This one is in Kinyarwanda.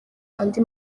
andi